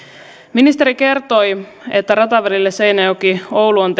ministeri kertoi että ratavälille seinäjoki oulu on